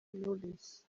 knowless